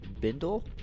Bindle